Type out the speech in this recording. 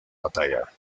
batalla